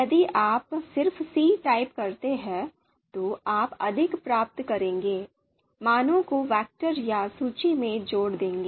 यदि आप सिर्फ C टाइप करते हैं तो आप अधिक प्राप्त करेंगे मानों को वेक्टर या सूची में जोड़ देंगे